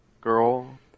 girl